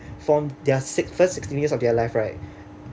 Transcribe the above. from their six first sixteen years of their life right